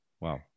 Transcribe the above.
wow